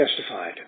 testified